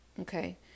okay